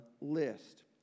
list